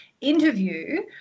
interview